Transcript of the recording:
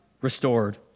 restored